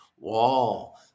wall